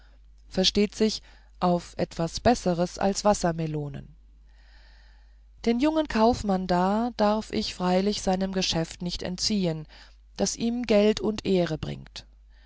versteht sich auf etwas besseres als wassermelonen den jungen kaufmann da darf ich freilich seinem geschäft nicht entziehen das ihm geld und ehre bringt